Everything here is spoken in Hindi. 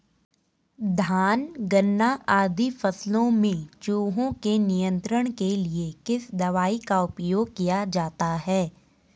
धान गन्ना आदि फसलों में चूहों के नियंत्रण के लिए किस दवाई का उपयोग किया जाता है?